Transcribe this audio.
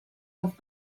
off